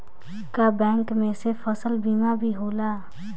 का बैंक में से फसल बीमा भी होला?